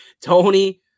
Tony